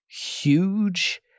huge